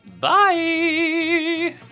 bye